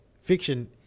Fiction